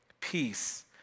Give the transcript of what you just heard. peace